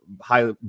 high